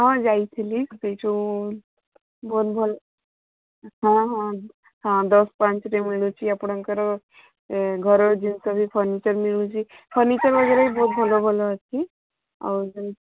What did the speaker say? ହଁ ଯାଇଥିଲି ସେଇ ଯୋଉ ହଁ ହଁ ହଁ ହଁ ଦଶ ପାଞ୍ଚରେ ମିଳୁଛି ଆପଣଙ୍କର ଘରର ଜିନିଷ ବି ଫର୍ଣ୍ଣିଚର୍ ମିଳୁଛି ଫର୍ଣ୍ଣିଚର୍ ବଗେରା ବହୁତ ଭଲ ଭଲ ଅଛି ଆଉ ଯେମତି